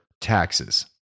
taxes